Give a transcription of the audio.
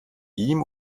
ihm